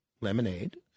Lemonade